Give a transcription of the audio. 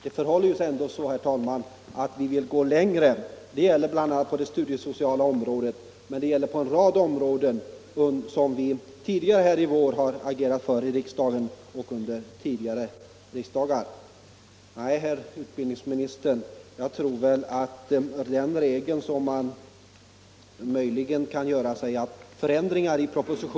Det förhåller sig ändå så, herr talman, att vi inom folkpartiet vill gå längre. Det gäller bl.a. på det studiesociala området och det gäller på en rad områden som vi här i